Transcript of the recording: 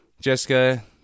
Jessica